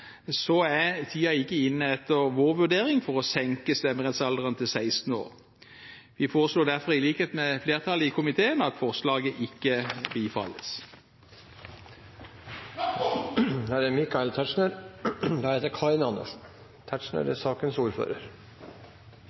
er ikke tiden inne, etter vår vurdering, for å senke stemmerettsalderen til 16 år. Vi foreslår derfor, i likhet med flertallet i komiteen, at forslaget ikke bifalles. Mye av debatten har forløpt nokså forutsigelig, men det